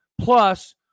Plus